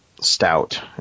stout